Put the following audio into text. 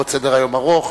וסדר-היום עוד ארוך.